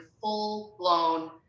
full-blown